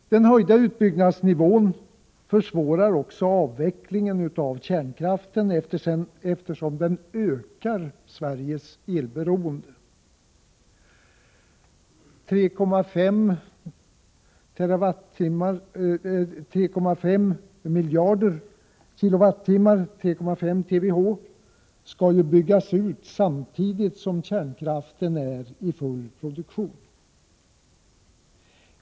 Den höjda utbyggnadsnivån försvårar också avvecklingen av kärnkraften, eftersom den ökar Sveriges elberoende. 3,5 TWh skall ju byggas ut, samtidigt som kärnkraften är i full produktion.